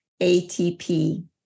ATP